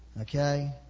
okay